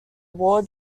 war